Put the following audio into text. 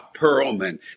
Perlman